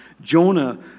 Jonah